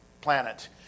planet